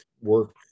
work